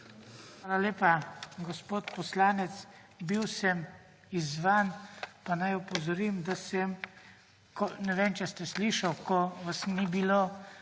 (nadaljevanje) Gospod poslanec bil sem izzvan pa naj opozorim, da sem ne vem, če ste slišal, ko vas ni bilo